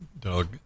Doug